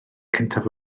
cyntaf